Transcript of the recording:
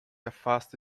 afasta